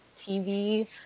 TV